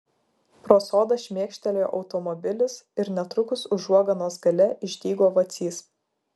pro sodą šmėkštelėjo automobilis ir netrukus užuoganos gale išdygo vacys